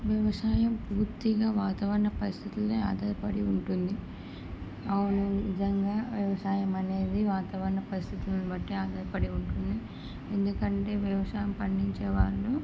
వ్యవసాయం పూర్తిగా వాతావరణ పరిస్థితులనే ఆధారపడి ఉంటుంది అవును నిజంగా వ్యవసాయం అనేది వాతావరణ పరిస్థితులను బట్టి ఆధారపడి ఉంటుంది ఎందుకంటే వ్యవసాయం పండించే వాళ్ళు